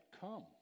come